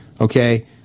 okay